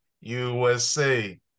usa